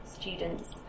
students